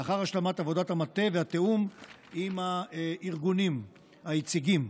לאחר השלמת עבודת המטה והתיאום עם הארגונים היציגים.